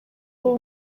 w’u